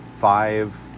five